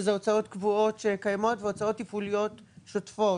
שזה הוצאות קבועות שקיימות והוצאות תפעוליות שוטפות.